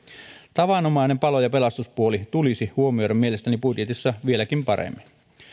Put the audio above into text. tavanomainen palo ja pelastuspuoli tulisi huomioida mielestäni budjetissa vieläkin paremmin